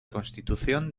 constitución